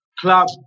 club